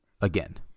again